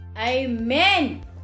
Amen